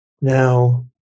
now